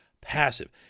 passive